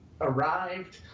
arrived